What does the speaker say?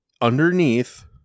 underneath